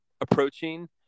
approaching